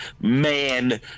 man